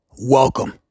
welcome